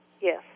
Yes